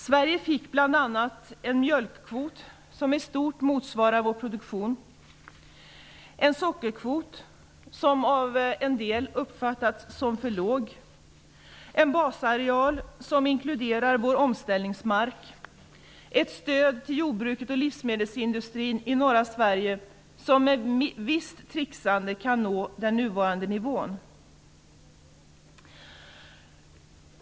Sverige fick bl.a. en mjölkkvot som i stort motsvarar vår produktion, en sockerkvot som av en del uppfattas som för låg, en basareal som inkluderar vår omställningsmark samt ett stöd till jordbruket och livsmedelsindustrin i norra Sverige som med ett visst tricksande kan nå nuvarande nivå.